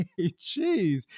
jeez